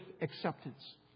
acceptance